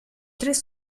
tres